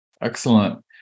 Excellent